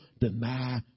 deny